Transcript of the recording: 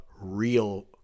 real